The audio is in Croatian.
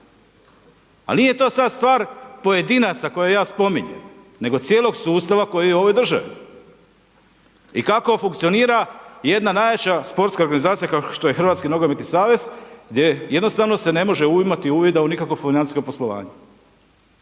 Ali nije to sada stvar pojedinaca koje ja spominjem, nego cijelog sustava koji je u ovoj državi. I kako funkcionira jedna najjača sportska organizacija kao što je Hrvatski nogometni savez, gdje jednostavno se ne može imati uvida u nikakvo financijsko poslovanje,